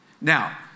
Now